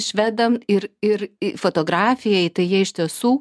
švedam ir ir fotografijai tai jie iš tiesų